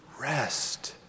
rest